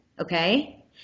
Okay